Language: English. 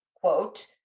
quote